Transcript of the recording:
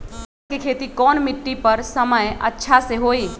गाजर के खेती कौन मिट्टी पर समय अच्छा से होई?